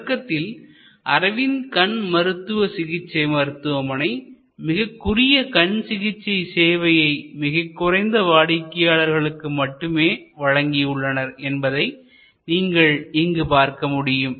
தொடக்கத்தில் அரவிந்த் கண் மருத்துவ சிகிச்சை மருத்துவமனை மிகக்குறுகிய கண்சிகிச்சை சேவையை மிகக்குறைந்த வாடிக்கையாளர்களுக்கு மட்டுமே வழங்கியுள்ளனர் என்பதை நீங்கள் இங்கு பார்க்க முடியும்